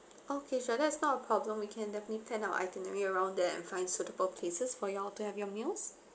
okay so that's not a problem we can definitely plan our itinerary around there and find suitable places for you all to have your meals